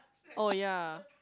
oh ya